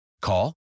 Call